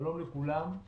שלום לכולם.